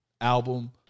album